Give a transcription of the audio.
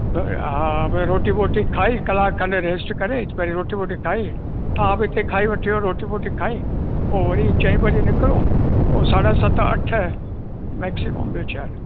हा भई रोटी वोटी खाई कलाक खनि रेस्ट करे पहिरी रोटी वोटी खाई तव्हां बि हिते खाई वठिजो रोटी वोटी खाई पोइ वरी चईं बजे निकिरूं पोइ साढा अठ मैक्सीमम ॿियो छाहे